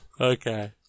Okay